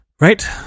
Right